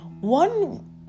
One